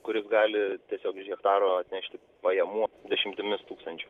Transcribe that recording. kuris gali tiesiog hektaro atnešti pajamų dešimtimis tūkstančių